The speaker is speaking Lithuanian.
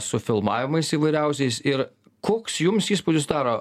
su filmavimais įvairiausiais ir koks jums įspūdis susidaro